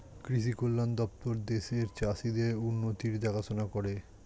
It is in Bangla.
কৃষি কল্যাণ দপ্তর দেশের চাষীদের উন্নতির দেখাশোনা করে